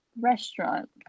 restaurant